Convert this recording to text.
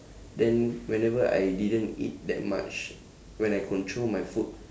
then whenever I didn't eat that much when I control my food